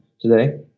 today